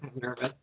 nervous